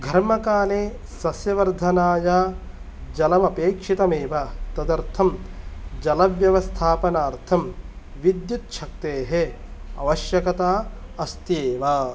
घर्म काले सस्य वर्धनाय जलम् अपेक्षितं एव तदर्थं जल व्यवस्थापनार्थं विद्युत्छक्तेः आवश्यकता अस्ति एव